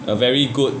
a very good